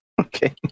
Okay